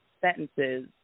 sentences